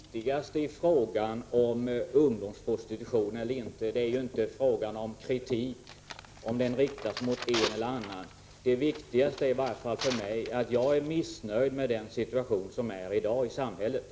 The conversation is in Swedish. Herr talman! Det viktigaste i frågan om ungdomsprostitution är inte kritiken och åt vilket håll den riktas. Det viktigaste är situationen i samhället i dag, och den är jag missnöjd med.